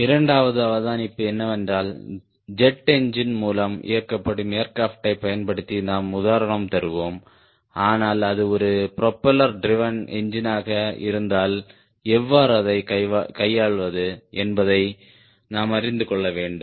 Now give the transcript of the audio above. இரண்டாவது அவதானிப்பு என்னவென்றால் ஜெட் என்ஜின் மூலம் இயக்கப்படும் ஏர்கிராப்ட்டை பயன்படுத்தி நாம் உதாரணம் தருவோம் ஆனால் அது ஒரு ப்ரொபெல்லர் ட்ரிவேன் என்ஜினாக இருந்தால் எவ்வாறு அதை கையாள்வது என்பதையும் நாம் அறிந்து கொள்ள வேண்டும்